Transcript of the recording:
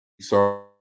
sorry